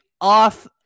off